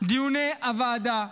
דיוני הוועדה.